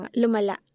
lumala